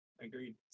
Agreed